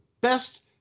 best